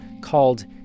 called